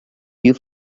you